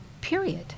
period